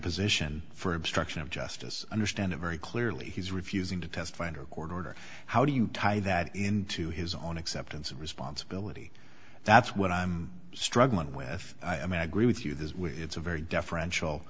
position for obstruction of justice understand it very clearly he's refusing to testify under a court order how do you tie that into his own acceptance of responsibility that's what i'm struggling with i mean i agree with you this it's a very deferential